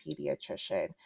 pediatrician